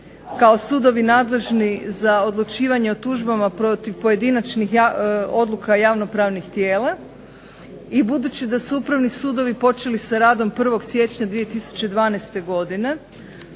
kao sudovi nadležni za odlučivanje o tužbama pojedinačnih odluka javno pravnih tijela i budući da su upravni sudovi počeli sa radom 1. siječnja 2012. godine,